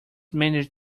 managed